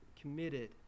committed